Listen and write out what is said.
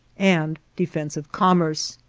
and defense of commerce.